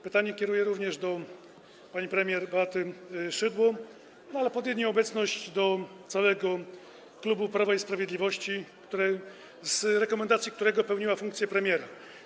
Pytanie kieruję również do pani premier Beaty Szydło, no a pod jej nieobecność do całego klubu Prawa i Sprawiedliwości, z którego rekomendacji pełniła funkcję premiera.